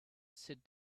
sit